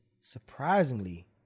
surprisingly